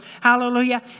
hallelujah